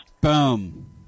Boom